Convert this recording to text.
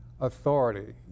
authority